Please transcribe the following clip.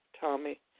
Tommy